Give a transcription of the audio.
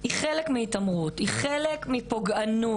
היא חלק מהתעמרות, היא חלק מפוגענות.